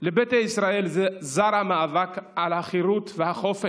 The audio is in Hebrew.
לביתא ישראל זר המאבק על החירות והחופש,